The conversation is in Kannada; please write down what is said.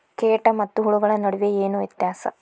ಕೇಟ ಮತ್ತು ಹುಳುಗಳ ನಡುವೆ ಏನ್ ವ್ಯತ್ಯಾಸ?